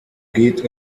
geht